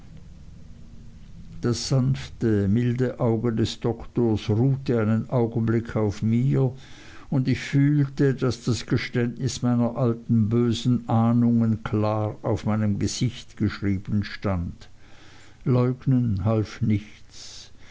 das sanfte milde auge des doktors ruhte einen augenblick auf mir und ich fühlte daß das geständnis meiner alten bösen ahnungen klar auf meinem gesicht geschrieben stand leugnen half nichts